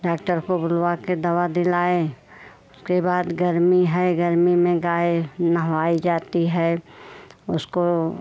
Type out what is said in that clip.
doctor को बुलवा के दवा दिलाए उसके बाद गर्मी है गर्मी में गाय नहवाई जाती है उसको